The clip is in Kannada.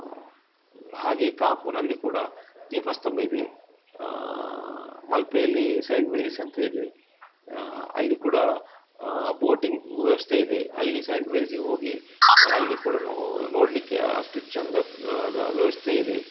ಹಾಗೆ ಕಾಪುನಲ್ಲಿ ಕೂಡ ದೀಪಸ್ತಂಭ ಇದೆ ಮಲ್ಪೆಯಲ್ಲಿ ಸೈಂಟ್ ಮೇರಿಸ್ ಅಂತ ಇದೆ ಅಲ್ಲಿ ಕೂಡ ಬೋಟಿಂಗ್ ವ್ಯವಸ್ಥೆ ಇದೆ ಅಲ್ಲಿ ಸೈಂಟ್ ಮೇರಿಸಿಗೆ ಹೋಗಿ ಅಲ್ಲಿ ಕೂಡ ನೋಡಲಿಕ್ಕೇ ಅಷ್ಟು ಚೆಂದವಾದ ವ್ಯವಸ್ಥೆ ಇದೆ